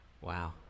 Wow